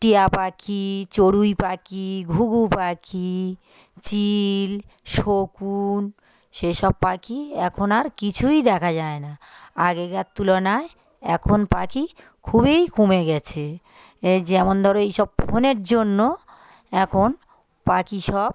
টিয়া পাখি চড়ুই পাখি ঘুঘু পাখি চিল শকুন সেসব পাখি এখন আর কিছুই দেখা যায় না আগেকার তুলনায় এখন পাখি খুবই কমে গেছে এ যেমন ধরো এই সব ফোনের জন্য এখন পাখি সব